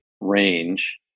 range